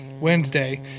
wednesday